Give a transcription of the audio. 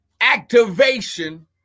activation